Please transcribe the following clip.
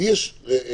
לי יש בעיה,